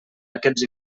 aquests